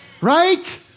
Right